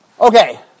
Okay